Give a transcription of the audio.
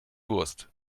wurst